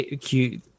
cute